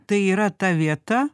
tai yra ta vieta